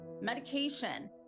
medication